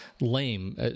lame